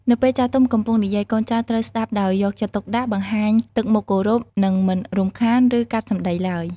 នៅពេលចាស់ទុំកំពុងនិយាយ កូនចៅត្រូវ ស្ដាប់ដោយយកចិត្តទុកដាក់ បង្ហាញទឹកមុខគោរព និងមិនរំខាន ឬ កាត់សម្ដី ឡើយ។